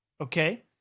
Okay